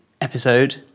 episode